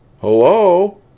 Hello